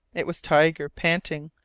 it was tiger, panting,